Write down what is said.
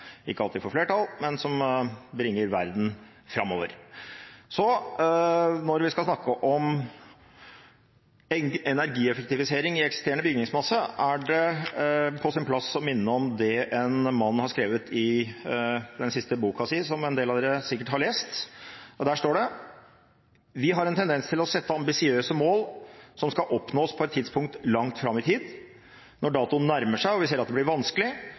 ikke alltid får flertall, men som bringer verden framover. Når vi skal snakke om energieffektivisering i eksisterende bygningsmasse, er det på sin plass å minne om det en mann har skrevet i den siste boken sin – som en del av dere sikkert har lest. Der står det: «Vi setter oss ambisiøse mål for utslippskutt som skal oppnås på et tidspunkt langt fram i tid. Når datoen nærmer seg og vi ser at det blir vanskelig,